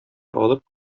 алып